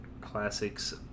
Classics